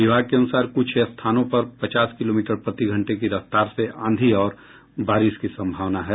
विभाग के अनुसार कुछ स्थानों पर पचास किलोमीटर प्रति घंटे की रफ्तार से आंधी और बारिश की सम्भावना है